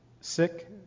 sick